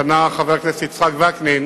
פנה חבר הכנסת יצחק וקנין